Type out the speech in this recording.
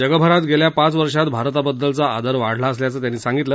जगभरात गेल्या पाच वर्षात भारताबद्दलचा आदर वाढला असल्याचं त्यांनी सांगितलं